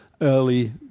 early